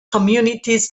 communities